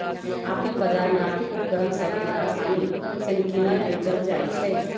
आर्थिक बजार में आर्थिक उपकरण सभ के असानि से किनल बेचल जाइ छइ